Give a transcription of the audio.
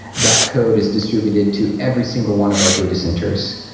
that code is distributed to every single one of our data centers,